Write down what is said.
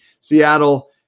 Seattle